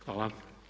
Hvala.